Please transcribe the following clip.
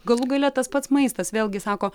galų gale tas pats maistas vėlgi sako